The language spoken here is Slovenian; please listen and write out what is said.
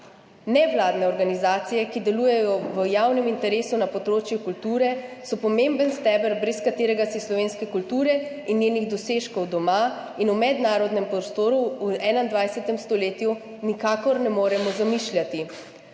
Nevladne organizacije, ki delujejo v javnem interesu na področju kulture, so pomemben steber, brez katerega si slovenske kulture in njenih dosežkov doma in v mednarodnem prostoru v 21. stoletju nikakor ne moremo zamišljati.